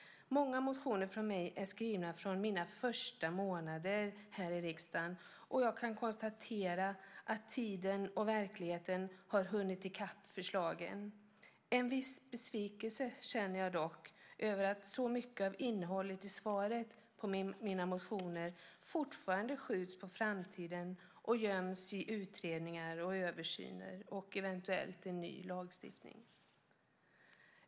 Många motioner från mig är skrivna under mina första månader här i riksdagen. Jag kan konstatera att tiden och verkligheten har hunnit i kapp förslagen. En viss besvikelse känner jag dock över att så mycket av innehållet i svaret på mina motioner fortfarande skjuts på framtiden och göms i utredningar och översyner och eventuellt en ny lagstiftning.